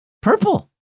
Purple